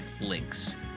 links